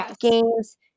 games